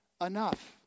enough